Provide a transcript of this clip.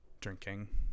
drinking